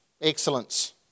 Excellence